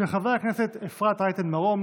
של חברי הכנסת אפרת רייטן מרום,